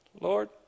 Lord